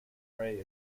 pray